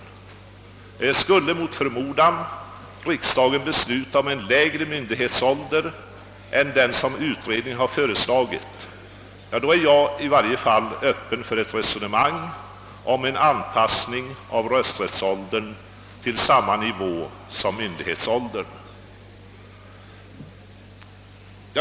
Skulle riksdagen mot förmodan längre fram beska om en lägre myndighetsålder än Aden som föreslagits av utredningen är i varje fall jag öppen för ett resonemang om en anpassning av rösträttsåldern till samma nivå som myndighetsåldern.